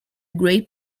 great